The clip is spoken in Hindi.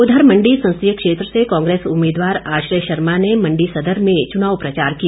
उधर मंडी संसदीय क्षेत्र से कांग्रेस उम्मीदवार आश्रय शर्मा ने मंडी सदर में चुनाव प्रचार किया